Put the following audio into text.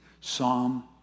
Psalm